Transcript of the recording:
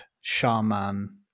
Shaman